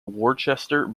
worcester